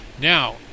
Now